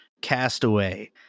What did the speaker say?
Castaway